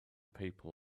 people